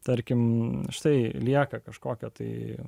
tarkim štai lieka kažkokia tai